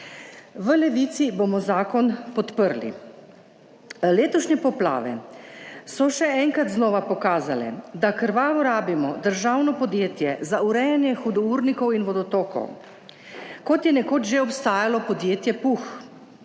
V Levici bomo zakon podprli. Letošnje poplave so še enkrat znova pokazale da krvavo rabimo državno podjetje za urejanje hudournikov in vodotokov kot je nekoč že obstajalo podjetje PUH,